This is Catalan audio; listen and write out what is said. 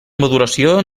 maduració